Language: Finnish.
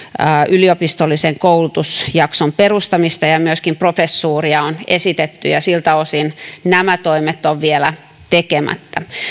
yliopistollisen koulutusjakson perustamista ja ja myöskin professuuria on esitetty ja nämä toimet on vielä tekemättä